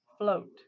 Float